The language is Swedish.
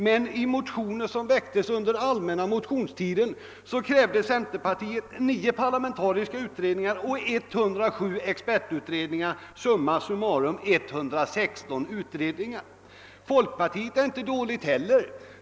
Men i motioner som väcktes under den allmänna motionstiden krävde centerpartiet 9 parlamentariska utred ningar och 107 expertutredningar, summa summarum 116 utredningar. Folkpartiet är inte heller dåligt.